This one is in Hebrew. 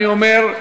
אני אומר,